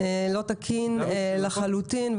זה לא תקין לחלוטין.